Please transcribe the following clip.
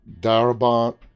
Darabont